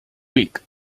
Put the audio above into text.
big